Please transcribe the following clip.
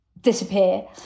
disappear